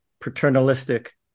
paternalistic